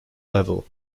level